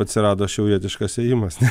atsirado šiaurietiškas ėjimas